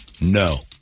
No